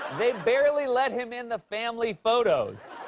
they barely let him in the family photos.